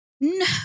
No